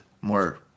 more